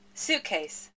Suitcase